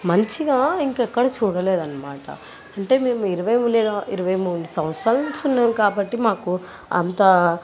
మంచిగా ఇంకా ఎక్కడ చూడలేదన్నమాట అంటే మేము ఇరవై లేదా ఇరవై మూడు సంవత్సరాల నుంచి ఉన్నాము కాబట్టి మాకు అంత